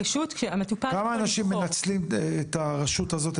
רשות כשהמטופל --- כמה אנשים מנצלים את הרשות הזאת,